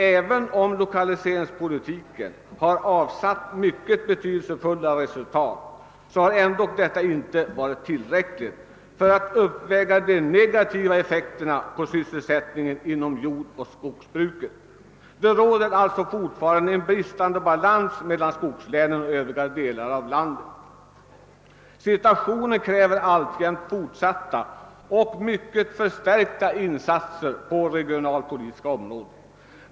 Även om lokaliseringspolitiken har avsatt mycket betydelsefulla resultat, har dessa ändock inte varit tillräckliga för att uppväga de negativa effekterna på sysselsättningen inom jordoch skogsbruket. Det råder alltså fortfarande en bristande balans mellan skogslänen och övriga delar av landet. Situationen kräver alltjämt fortsatta och mycket förstärkta insatser på det regionalpolitiska området.